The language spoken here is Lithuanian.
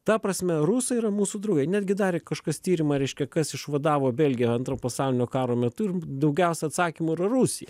ta prasme rusai yra mūsų draugai netgi darė kažkas tyrimą reiškia kas išvadavo belgiją antro pasaulinio karo metu daugiausia atsakymų yra rusija